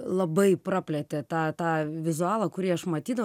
labai praplėtė tą tą vizualą kurį aš matydavau